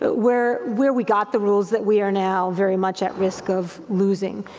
but where where we got the rules that we are now very much at risk of losing.